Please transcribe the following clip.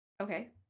Okay